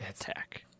attack